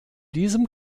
diesem